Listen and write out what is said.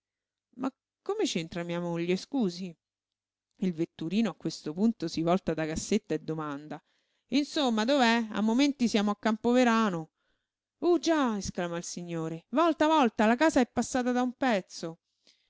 ma come c'entra mia moglie scusi il vetturino a questo punto si volta da cassetta e domanda insomma dov'è a momenti siamo a campoverano uh già esclama il signore volta volta la casa è passata da un pezzo